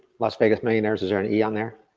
las vegas millionaires, is there an e on there?